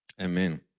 Amen